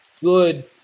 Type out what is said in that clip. good